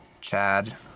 chad